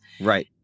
Right